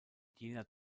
jener